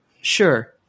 Sure